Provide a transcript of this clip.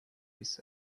his